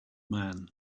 man